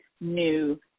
new